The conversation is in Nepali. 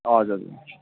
हजुर हजुर